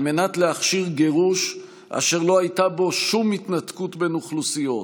על מנת להכשיר גירוש אשר לא הייתה בו שום התנתקות בין אוכלוסיות